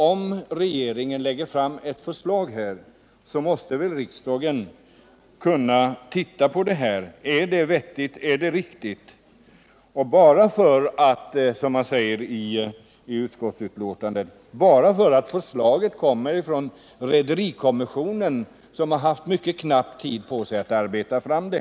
Om regeringen lägger fram ett förslag, så måste väl riksdagen kunna titta på det och ställa frågan: Är förslaget vettigt bara därför att det kommer från rederikommissionen, som har haft mycket knapp tid på sig för att arbeta fram det?